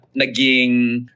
naging